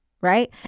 Right